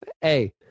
Hey